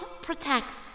protects